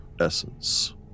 essence